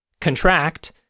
Contract